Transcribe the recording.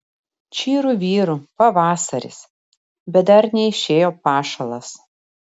čyru vyru pavasaris bet dar neišėjo pašalas